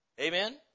Amen